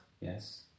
Yes